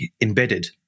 embedded